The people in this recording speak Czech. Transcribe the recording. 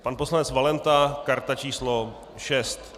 Pan poslanec Valenta karta číslo 6.